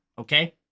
okay